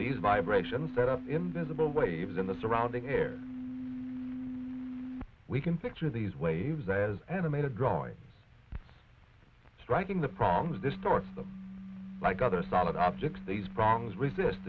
these vibrations set up invisible waves in the surrounding air we can picture these waves as animated drawing striking the prongs distort them like other solid objects these prongs resist